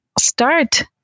start